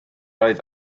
oedd